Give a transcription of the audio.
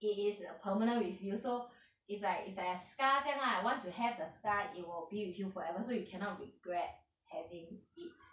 it is a permanent with you so it's like it's like a scar 这样 lah once you have the scar it will be with you forever so you cannot regret having it